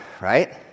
right